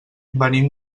venim